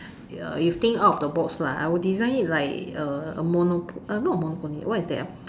uh if think out of the box lah I would design it like a monopoly uh not a monopoly what is that ah